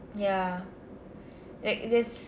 ya like this